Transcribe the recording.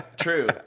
true